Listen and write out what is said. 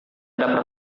ada